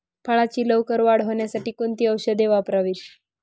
फळाची लवकर वाढ होण्यासाठी कोणती औषधे वापरावीत?